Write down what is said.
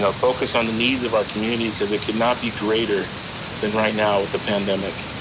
so focus on the needs of our community cause it could not be greater than right now with the pandemic.